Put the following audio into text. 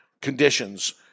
conditions